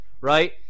right